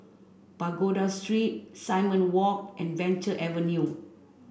Pagoda Street Simon Walk and Venture Avenue